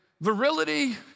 virility